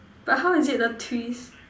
but how is it a twist